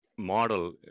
model